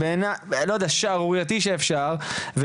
הכי שערורייתי שאפשר בעיניי.